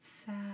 sad